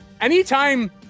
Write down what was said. anytime